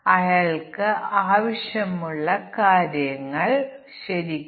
നമുക്ക് ഇതിന്റെ വിശദാംശങ്ങൾ നോക്കാം